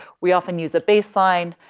we often use a baseline,